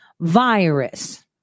virus